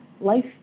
life